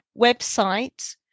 website